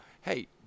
hey